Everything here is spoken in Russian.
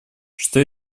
что